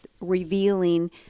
revealing